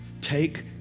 Take